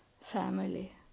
family